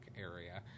area